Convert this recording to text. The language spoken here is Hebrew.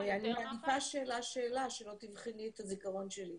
אני מעדיפה שאלה שאלה, שלא תבחני את הזיכרון שלי.